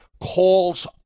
calls